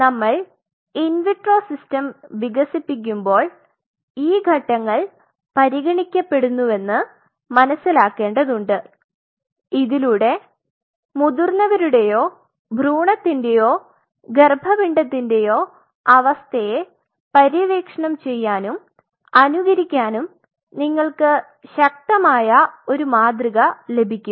നമ്മൾ in vitro system വികസിപ്പിക്കുമ്പോൾ ഈ ഘടകങ്ങൾ പരിഗണിക്കപ്പെടുന്നുവെന്ന് മനസിലാക്കേണ്ടതുണ്ട് ഇതിലൂടെ മുതിർന്നവരുടെയോ ഭ്രൂണത്തിന്റെയോ ഗര്ഭപിണ്ഡത്തിന്റെയോ അവസ്ഥയെ പര്യവേക്ഷണം ചെയ്യാനും അനുകരിക്കാനും നിങ്ങൾക്ക് ശക്തമായ ഒരു മാതൃക ലഭിക്കും